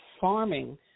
farming